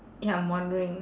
ya I'm wondering